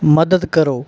ਮਦਦ ਕਰੋ